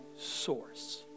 source